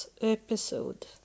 episode